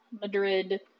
Madrid